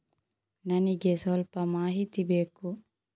ನನಿಗೆ ಸ್ವಲ್ಪ ಮಾಹಿತಿ ಬೇಕು